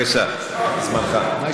גם